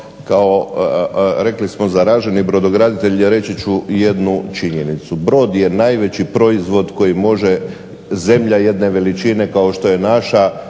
kao rekli smo zaraženi brodograditelj reći ću jednu činjenicu. Brod je najveći proizvod koji može zemlja jedne veličine kao što je naša